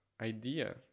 idea